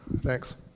thanks